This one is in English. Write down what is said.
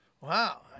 Wow